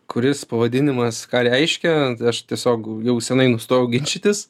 kuris pavadinimas ką reiškia aš tiesiog jau seniai nustojau ginčytis